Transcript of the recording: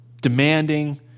demanding